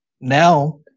Now